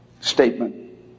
statement